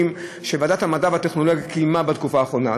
שוועדת המדע והטכנולוגיה קיימה בתקופה האחרונה.